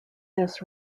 this